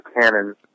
cannon